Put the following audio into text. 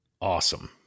awesome